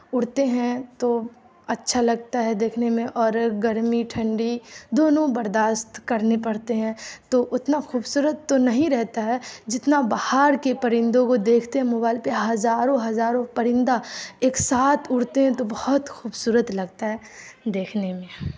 اڑتے ہیں تو اچھا لگتا ہے دیکھنے میں اور گرمی ٹھنڈی دونوں برداست کرنے پڑتے ہیں تو اتنا خوبصورت تو نہیں رہتا ہے جتنا باہر کے پرندوں کو دیکھتے ہیں موبائل پر ہزاروں ہزاروں پرندہ ایک ساتھ اڑتے ہیں تو بہت خوبصورت لگتا ہے دیکھنے میں